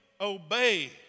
obey